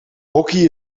hockey